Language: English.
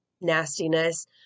nastiness